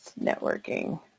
networking